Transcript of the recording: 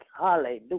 Hallelujah